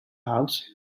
house